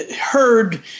heard